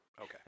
Okay